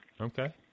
Okay